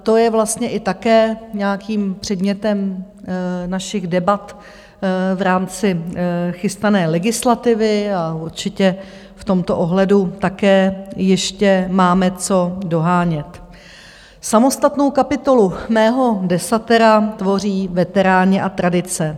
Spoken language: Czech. To je vlastně i také nějakým předmětem našich debat v rámci chystané legislativy a určitě v tomto ohledu také ještě máme co dohánět Samostatnou kapitolu mého desatera tvoří veteráni a tradice.